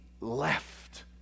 left